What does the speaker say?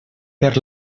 per